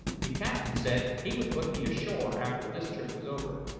the captain said he would put me ashore after this trip was over.